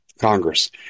Congress